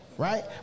Right